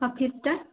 ଫିଫ୍ଥଟା